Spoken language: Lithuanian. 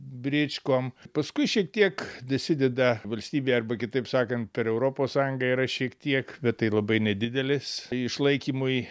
bričkom paskui šiek tiek dasideda valstybė arba kitaip sakant per europos sąjungą yra šiek tiek bet tai labai nedidelis išlaikymui